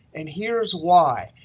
and here is why.